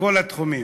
מכל התחומים: